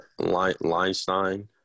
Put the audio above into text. Leinstein